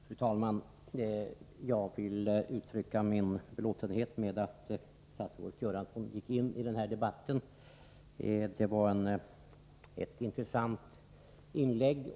Fru talman! Jag vill uttrycka min belåtenhet med att statsrådet Bengt Göransson gick in i den här debatten. Det var ett intressant inlägg.